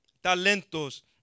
talentos